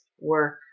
work